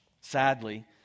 Sadly